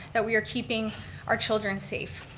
that we are keeping our children safe.